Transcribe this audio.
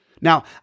Now